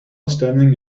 standing